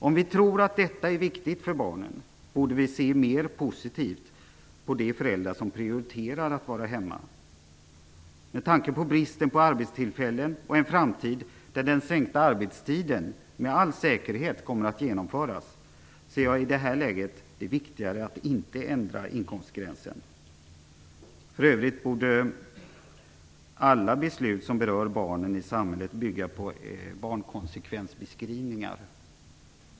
Om vi tror att detta är viktigt för barnen, borde vi ser mer positivt på de föräldrar som prioriterar att vara hemma. Med tanke på bristen på arbetstillfällen och på den sänkta arbetstid som i framtiden med all säkerhet kommer att genomföras, ser jag det i det här läget som viktigare att inte ändra inkomstgränsen. För övrigt borde alla beslut som berör barnen i samhället bygga på barnkonsekvensbeskrivningar.